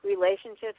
relationships